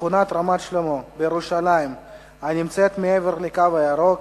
בשכונת רמת-שלמה בירושלים הנמצאת מעבר ל"קו הירוק",